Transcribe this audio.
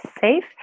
safe